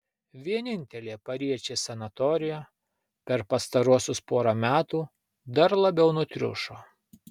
vienintelė pariečės sanatorija per pastaruosius porą metų dar labiau nutriušo